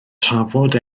trafod